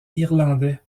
irlandais